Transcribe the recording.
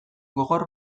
gogor